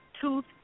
tooth